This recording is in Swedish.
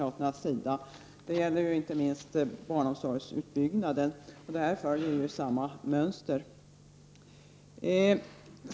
Det gäller inte minst barnomsorgsutbyggnaden. Det här följer samma mönster.